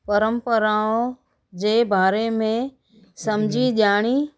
परंपराऊं जे बारे में सम्झी ॼाणी